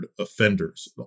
offenders